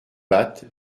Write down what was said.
bapt